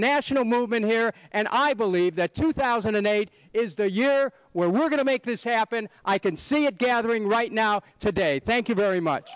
national movement here and i believe that two thousand and eight is the year where we're going to make this happen i can see it gathering right now today thank you very much